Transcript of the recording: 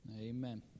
Amen